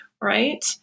right